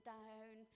down